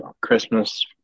Christmas